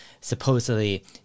supposedly